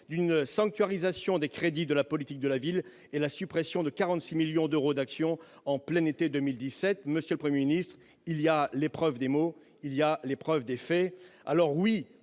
d'une sanctuarisation des crédits de la politique de la ville et la suppression de 46 millions d'euros d'actions en plein été 2017 monsieur le 1er ministre il y a les preuves des mots, il y a l'épreuve des faits